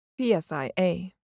PSIA